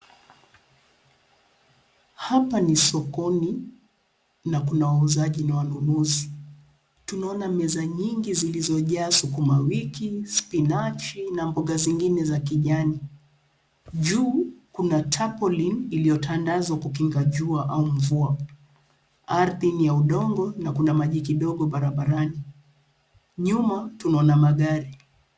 Hapa ni sokoni na kuna wauzaji na wanunuzi, tunaona meza nyingi zilizojaa sukuma wiki, spinaji na mboga zingine za kijani. Juu kuna turbilene iliotandaswa kukinga jua au mvua, ardhi ni ya udongo na kuna maji kidogo Barabarani, n̈yuma tunaona magari.